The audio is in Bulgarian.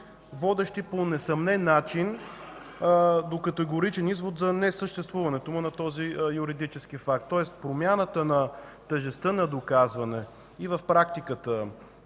водещи по несъмнен начин до категоричен извод за несъществуването на този юридически факт. Тоест промяната на тежестта на доказване и в практиката,